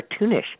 cartoonish